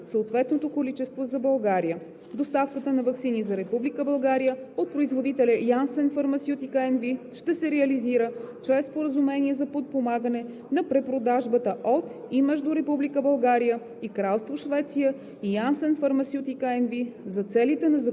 съответното количество за България. Доставката на ваксини за Република България от производителя Janssen Pharmaceutica NV ще се реализира чрез Споразумение за подпомагане на препродажбата от и между Република България и Кралство Швеция и Janssen Pharmaceutica NV за целите на закупуването